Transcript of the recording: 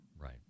Right